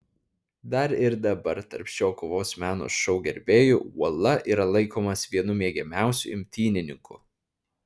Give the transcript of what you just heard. dar ir dabar tarp šio kovos meno šou gerbėjų uola yra laikomas vienu mėgiamiausiu imtynininku